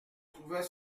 trouvais